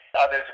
others